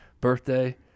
birthday